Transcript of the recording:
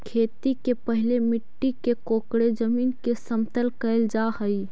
खेती के पहिले मिट्टी के कोड़के जमीन के समतल कैल जा हइ